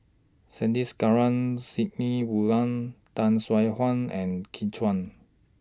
Sandrasegaran Sidney Woodhull Tay Seow Huah and Kin Chui